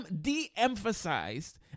de-emphasized